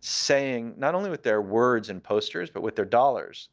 saying not only with their words and posters, but with their dollars,